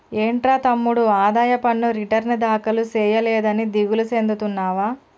ఏంట్రా తమ్ముడు ఆదాయ పన్ను రిటర్న్ దాఖలు సేయలేదని దిగులు సెందుతున్నావా